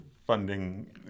funding